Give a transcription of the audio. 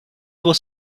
was